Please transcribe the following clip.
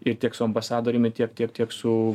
ir tiek su ambasadoriumi tiek tiek tiek su